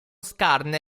scarne